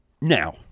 Now